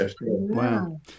Wow